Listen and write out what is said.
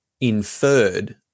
inferred